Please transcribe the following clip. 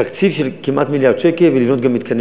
לקח לי זמן לשכנע את כל הממשלה ואת הכנסת,